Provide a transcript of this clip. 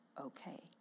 okay